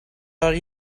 are